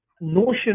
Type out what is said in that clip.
notion